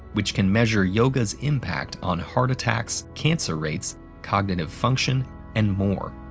which can measure yoga's impact on heart attacks, cancer rates, cognitive function and more.